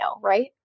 Right